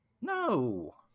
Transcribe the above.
No